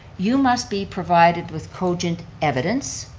you must be provided with cogent evidence,